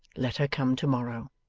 let her come to-morrow